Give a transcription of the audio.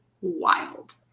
wild